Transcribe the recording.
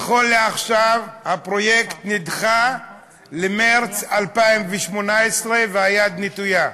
נכון לעכשיו, הפרויקט נדחה למרס 2018, והיד נטויה.